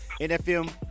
NFM